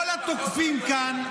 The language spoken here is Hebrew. כל התוקפים כאן,